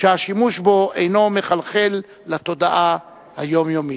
שהשימוש בו אינו מחלחל לתודעה היומיומית.